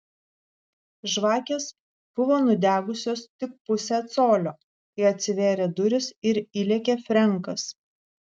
žvakės buvo nudegusios tik pusę colio kai atsivėrė durys ir įlėkė frenkas